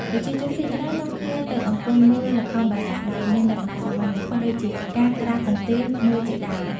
ប្រជាជនភាគច្រើននាំគ្នាទៅអង្គុយមើល ល្ខោនបាសាក់ដោយមានលក្ខណៈសាមញ្ញបំផុតដូចជាការក្រាលកន្ទេលមើលជាដើម ។